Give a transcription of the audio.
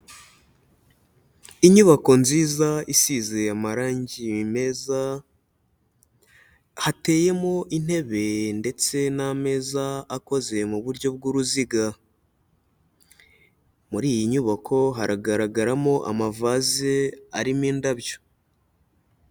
Inyubako nziza isize amarange meza, hateyemo intebe ndetse n'ameza akoze mu buryo bw'uruziga, muri iyi nyubako haragaragaramo amavaze arimo indabyo.